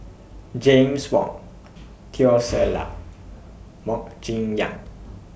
James Wong Teo Ser Luck Mok Jim Yang